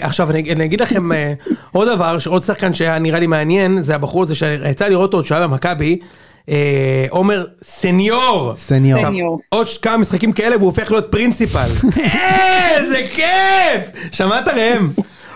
עכשיו אני אגיד לכם עוד דבר. עוד שחקן שהיה נראה לי מעניין זה הבחור הזה שיצא לי לראות אותו עוד שהיה במכבי, עומר סניור. עוד כמה משחקים כאלה והוא הופך להיות פרינסיפל. איזה כיף! שמעת רעם?